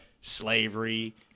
Slavery